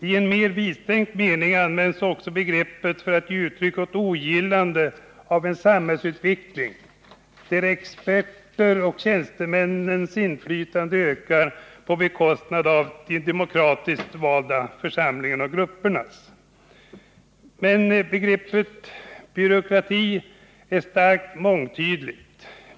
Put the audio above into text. I en mer vidsträckt mening används också begreppet för att ge uttryck åt ogillande av en samhällsutveckling där experters och tjänstemäns inflytande ökar på bekostnad av demokratiskt valda församlingars och gruppers. Men begreppet byråkrati är starkt mångtydigt.